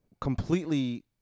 completely